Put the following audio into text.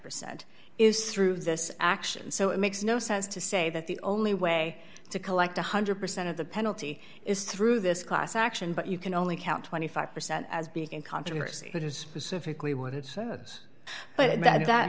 percent is through this action so it makes no sense to say that the only way to collect one hundred percent of the penalty is through this class action but you can only count twenty five percent as being in controversy that is pacifically what it says but